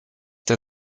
der